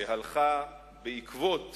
שהלכה בעקבות